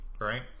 right